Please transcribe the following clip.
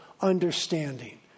understanding